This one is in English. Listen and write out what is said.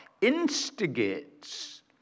instigates